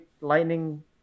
lightning